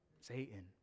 Satan